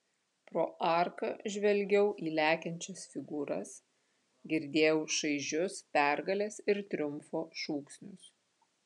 pro arką žvelgiau į lekiančias figūras girdėjau šaižius pergalės ir triumfo šūksnius